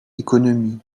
économie